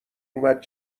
اومد